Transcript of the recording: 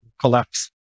collapse